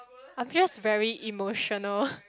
I'm just very emotional